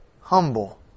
humble